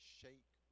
shake